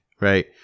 right